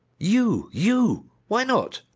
you, you! why not?